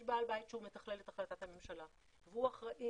יש בעל בית שהוא מתכלל את החלטת הממשלה והוא אחראי